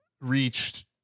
reached